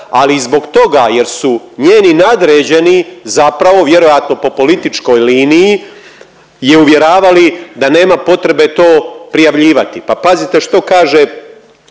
ali i zbog toga jer su njeni nadređeni zapravo vjerojatno po političkoj liniji je uvjeravali da nema potrebe to prijavljivati. Pa pazite što kaže,